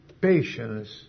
patience